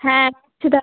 হ্যাঁ ছটা